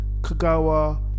Kagawa